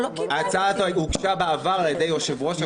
ההצעה הזו הוגשה בעבר על ידי יושב-ראש הקואליציה.